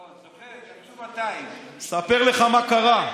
יצאו 200. אספר לך מה קרה.